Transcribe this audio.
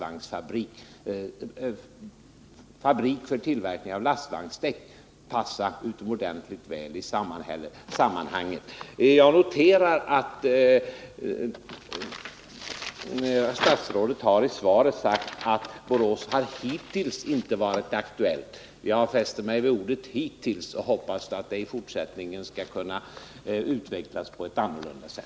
Anser justitieministern att nuvarande praxis att döma värnpliktsvägrare till hårda fängelsestraff står i överensstämmelse med 1978 års vapenfrilagstiftning, och är justitieministern beredd att medverka till en lagstiftning som möjliggör en civil samhällstjänst, frikopplad från totalförsvaret?